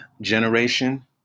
generation